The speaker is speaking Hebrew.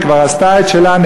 שכבר עשתה את שלה,